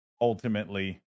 ultimately